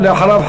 ואחריו,